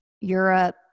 Europe